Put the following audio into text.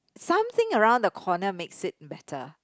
something around the corner makes it better